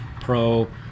pro